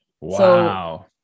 wow